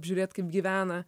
apžiūrėt kaip gyvena